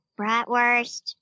Bratwurst